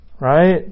right